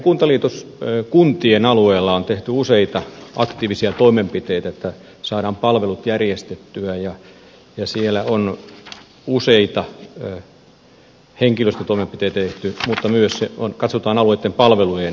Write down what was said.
näiden kuntaliitoskuntien alueella on tehty useita aktiivisia toimenpiteitä että saadaan palvelut järjestettyä ja siellä on useita henkilöstötoimenpiteitä tehty mutta myös katsotaan alueitten palvelujen eteen